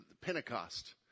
Pentecost